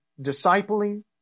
discipling